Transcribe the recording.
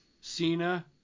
Cena